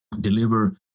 deliver